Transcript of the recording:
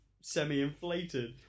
semi-inflated